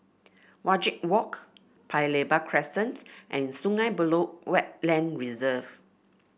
Wajek Walk Paya Lebar Crescent and Sungei Buloh Wetland Reserve